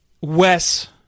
Wes